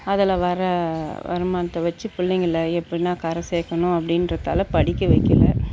அதில் வர வருமானத்தை வச்சு பிள்ளைங்கள எப்பிடின்னா கரை சேர்க்கணும் அப்படின்றத்தால படிக்க வைக்கல